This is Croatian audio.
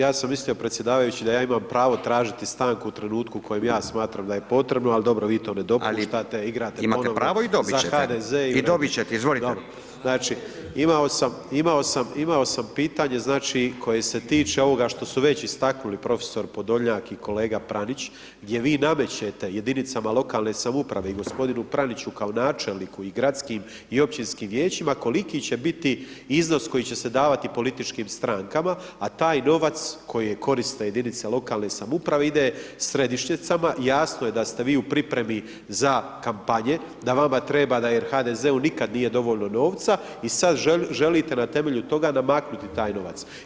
Ja sam mislio predsjedavajući da ja imam pravo tražiti stanku u trenutku u kojem ja smatram da je potrebno, ali dobro vi to ne dopuštate, igrate ponovno za HDZ [[Upadica Radin: Ali, imate pravo i dobiti ćete izvolite.]] Znači imao sam pitanje znači, koje se tiče ovoga što su već istaknuli profesor Podolnjak i kolega Pranić, gdje vi namećete jedinice lokalne samouprave i gospodinu Praniću kao načelniku i gradskim i općinskim vijećima, koliki će biti iznos koji će se davati političkim strankama, a taj novac koje koriste jedinice lokalne samouprave, ide središnjicama, jasno je da ste vi u pripremi za kampanje, da vama treba, jer HDZ-u nikada nije dovoljno novca i sada želite na temelju toga namaknuti taj novac.